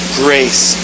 grace